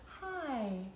Hi